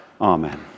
Amen